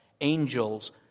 angels